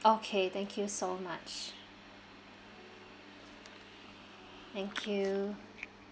okay thank you so much thank you